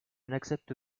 n’accepte